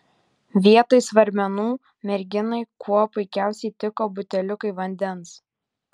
vietoj svarmenų merginai kuo puikiausiai tiko buteliukai vandens